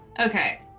Okay